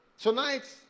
Tonight